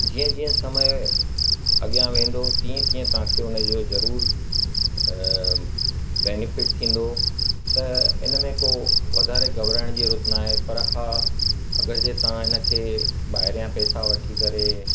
जीअं जीअं समय अॻियां वेंदो तीअं तीअं तव्हां खे उनजो ज़रूरु बेनीफ़िट थींदो त इन में को वधारे घबराइण जी ज़रूरत नाहे पर हा अगरि जे तव्हां हिनखे ॿाहिरियां पैसा वठी करे